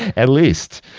at least.